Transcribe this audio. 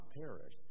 perish